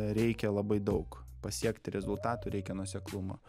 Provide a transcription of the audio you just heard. reikia labai daug pasiekti rezultatų reikia nuoseklumo